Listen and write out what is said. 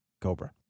cobra